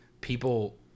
people